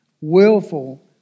willful